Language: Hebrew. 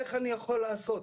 איך אני יכול לעשות?